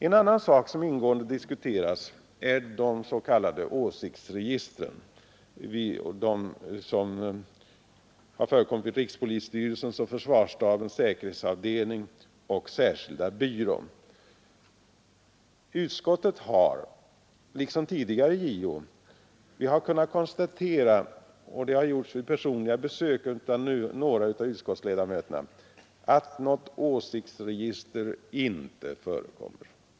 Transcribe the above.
En annan sak som ingående diskuteras är de s.k. åsiktsregistren vid rikspolisstyrelsens och försvarsstabens säkerhetsavdelning och särskilda byrå. Utskottet har — liksom tidigare JO — kunnat konstatera vid personliga besök av några utskottsledamöter att något åsiktsregister inte förekommer.